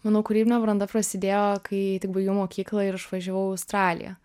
manau kūrybinė branda prasidėjo kai tik baigiau mokyklą ir išvažiavau į australiją